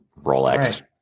Rolex